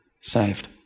saved